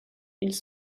ils